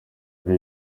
dore